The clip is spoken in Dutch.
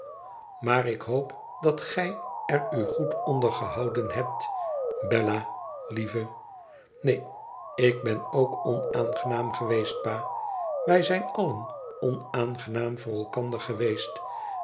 maar ik hoop dat gij er u goed onder gehouden hebt bella lieve neen ik ben ook onaangenaam geweest pa wij zijn allen onaangenaam voor elkander geweest